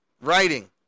writing